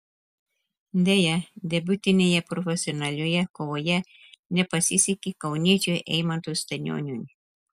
deja debiutinėje profesionalioje kovoje nepasisekė kauniečiui eimantui stanioniui